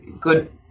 good